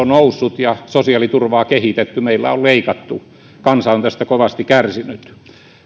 noussut ja sosiaaliturvaa kehitetty meillä on leikattu kansa on tästä kovasti kärsinyt